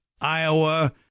Iowa